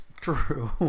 true